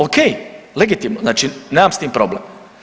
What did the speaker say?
Ok, legitimno znači nemam s tim problem.